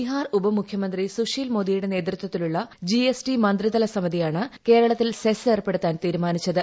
ബിഹാർ ഉപമുഖ്യമന്ത്രി സുശിൽ മോദിയുടെ നേതൃത്വത്തിലുള്ള മന്ത്രിതല സമിതിയാണ് കേരളത്തിൽ പ്രളയ സെസ് ഏർപ്പെടു ത്താൻ തീരുമാനിച്ചത്